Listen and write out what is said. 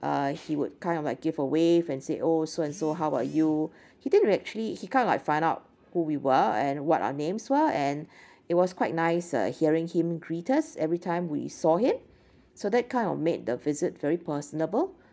uh he would kind of like give a wave and say oh so and so how are you he didn't really actually he kind like find out who we were and what our names were and it was quite nice uh hearing him greet us every time we saw him so that kind of made the visit very personable